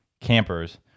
campers